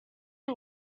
این